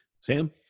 Sam